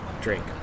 drink